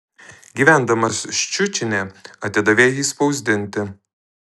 gyvendamas ščiučine atidavė jį spausdinti